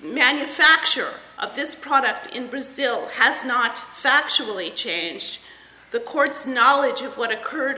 manufacture of this product in brazil has not factually changed the court's knowledge of what occurred